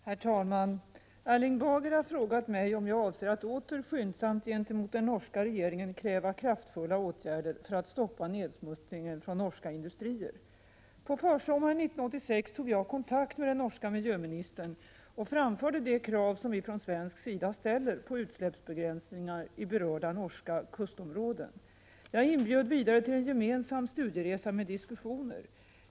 Herr talman! Erling Bager har frågat mig om jag avser att åter skyndsamt gentemot den norska regeringen kräva kraftfulla åtgärder för att stoppa nedsmutsningen från norska industrier. På försommaren 1986 tog jag kontakt med den norska miljöministern och framförde de krav som vi från svensk sida ställer på utsläppsbegränsningar i berörda norska kustområden. Jag inbjöd vidare till en gemensam studieresa med diskussioner.